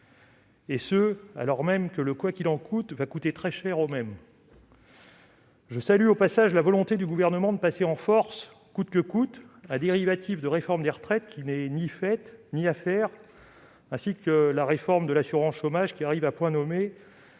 question, alors même que le « quoi qu'il en coûte » va coûter très cher aux mêmes. Je salue au passage la volonté du Gouvernement de faire passer en force, coûte que coûte, un dérivatif de réforme des retraites- elle n'est ni faite, ni à faire -, ainsi que la réforme de l'assurance chômage, qui arrive à point nommé